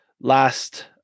last